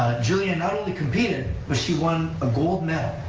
julianne not only competed, but she won a gold medal,